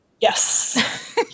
Yes